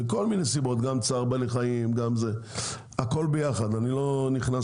מכל מיני סיבות גם צער בעלי חיים גם זה הכל ביחד אני לא נכנס